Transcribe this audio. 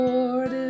Lord